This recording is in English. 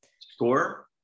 Score